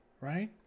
right